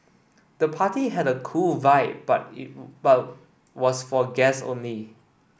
the party had a cool vibe but but was for guests only